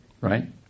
Right